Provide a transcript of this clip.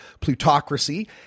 plutocracy